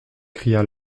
cria